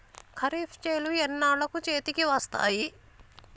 ఖరీఫ్ చేలు ఎన్నాళ్ళకు చేతికి వస్తాయి?